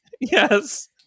Yes